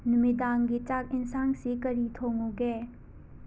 ꯅꯨꯃꯤꯗꯥꯡꯒꯤ ꯆꯥꯛ ꯏꯟꯁꯥꯡꯁꯤ ꯀꯔꯤ ꯊꯣꯡꯉꯨꯒꯦ